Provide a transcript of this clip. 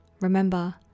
remember